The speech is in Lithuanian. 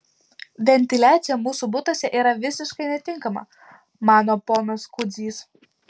ventiliacija mūsų butuose yra visiškai netinkama mano ponas kudzys